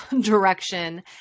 direction